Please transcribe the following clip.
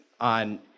on